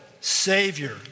Savior